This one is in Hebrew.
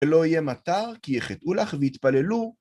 ולא יהיה מטר כי יחטאו לך ויתפללו.